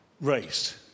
raised